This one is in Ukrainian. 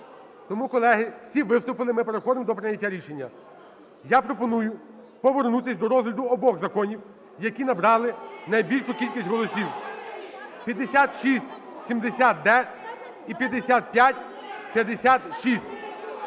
Тому, колеги, всі виступили, ми переходимо до прийняття рішення. Я пропоную повернутися до розгляду обох законів, які набрали найбільшу кількість голосів: 5670-д і 5556.